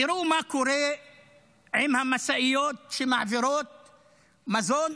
תראו מה קורה עם המשאיות שמעבירות מזון,